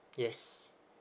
yes